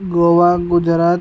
Goa Gujarat